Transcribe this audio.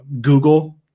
Google